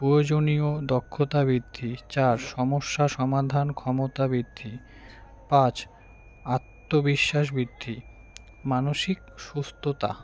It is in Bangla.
প্রয়োজনীয় দক্ষতা বৃদ্ধি চার সমস্যা সমাধান ক্ষমতা বৃদ্ধি পাঁচ আত্মবিশ্বাস বৃদ্ধি মানসিক সুস্থতা